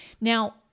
Now